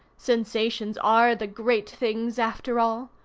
sensations are the great things after all.